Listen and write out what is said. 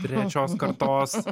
trečios kartos